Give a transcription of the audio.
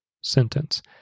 sentence